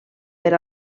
per